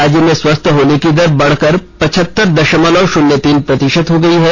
राज्य में स्वस्थ होने की दर बढ़कर पच्छहतर दशमलव शून्य तीन प्रतिशत हो गई है